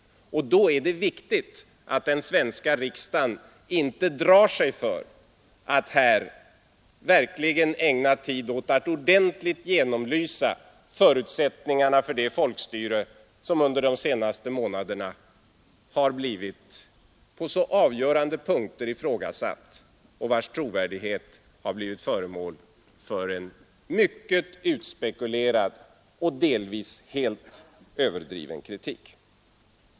Under sådana förhållanden är det viktigt att den svenska riksdagen inte drar sig för att här verkligen ägna tid åt att ordentligt genomlysa förutsättningarna för det folkstyre som under de senaste månaderna har blivit på så avgörande punkter ifrågasatt och vars trovärdighet har blivit föremål för en mycket utspekulerad och delvis helt överdriven kritik.